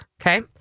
okay